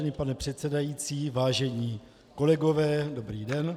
Vážený pane předsedající, vážení kolegové, dobrý den.